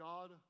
God